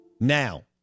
Now